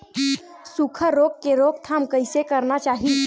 सुखा रोग के रोकथाम कइसे करना चाही?